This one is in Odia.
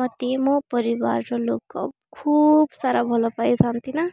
ମୋତେ ମୋ ପରିବାରର ଲୋକ ଖୁବ୍ ସାରା ଭଲ ପାଇଥାନ୍ତି ନା